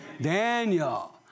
Daniel